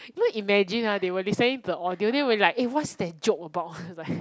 you know imagine ah they were listening to the audio then will like eh what's that joke about was like